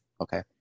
Okay